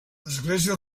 església